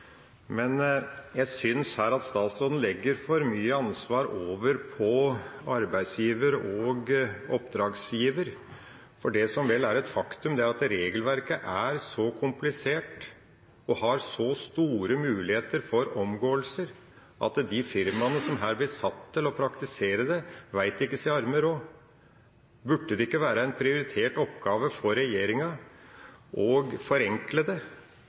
men jeg synes at statsråden legger for mye ansvar over på arbeidsgiver og oppdragsgiver, for det som vel er et faktum, er at regelverket er så komplisert og har så store muligheter for omgåelser at de firmaene som her blir satt til å praktisere det, ikke vet sin arme råd. Burde det ikke være en prioritert oppgave for regjeringa å forenkle